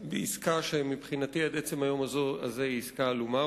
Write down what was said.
בעסקה שמבחינתי עד עצם היום הזה היא עסקה עלומה.